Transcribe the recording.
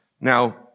Now